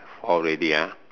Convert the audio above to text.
four already ah